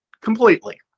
completely